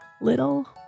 little